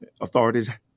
authorities